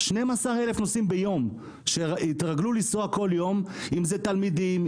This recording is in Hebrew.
12,000 נוסעים ביום שהתרגלו לנסוע כל יום אם זה תלמידים,